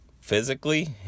physically